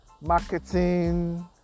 marketing